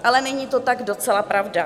Ale není to tak docela pravda.